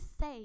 say